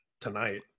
tonight